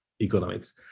Economics